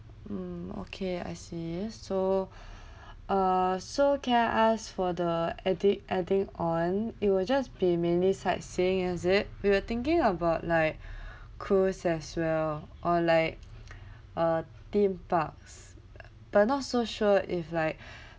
mm okay I see so uh so can I ask for the adding adding on it will just be mainly sightseeing is it we were thinking about like cruise as well or like uh theme parks but not so sure if like